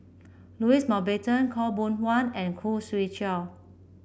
Louis Mountbatten Khaw Boon Wan and Khoo Swee Chiow